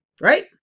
right